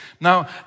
Now